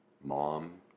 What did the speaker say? mom